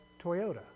Toyota